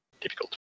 difficult